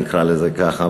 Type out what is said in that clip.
נקרא לזה ככה,